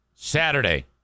Saturday